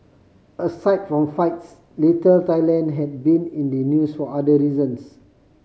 aside from fights Little Thailand had been in the news for other reasons